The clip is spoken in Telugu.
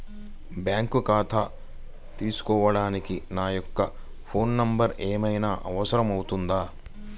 బ్యాంకు ఖాతా తీసుకోవడానికి నా యొక్క ఫోన్ నెంబర్ ఏమైనా అవసరం అవుతుందా?